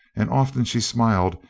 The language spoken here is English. and often she smiled,